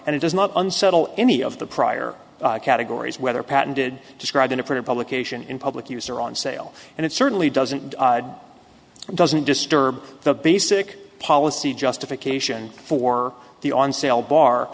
and it does not unsettle any of the prior categories whether patented described in a print publication in public use or on sale and it certainly doesn't doesn't disturb the basic policy justification for the on sale